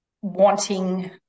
wanting